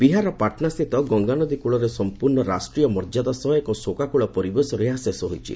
ବିହାରର ପାଟନାସ୍ଥିତ ଗଙ୍ଗାନଦୀ କୂଳରେ ସଂପୂର୍ଣ୍ଣ ରାଷ୍ଟ୍ରୀୟ ମର୍ଯ୍ୟାଦା ସହ ଏକ ଶୋକାକୁଳ ପରିବେଶରେ ଏହା ଶେଷ ହୋଇଛି